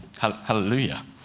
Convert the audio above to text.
hallelujah